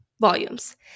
volumes